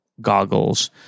goggles